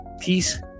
Peace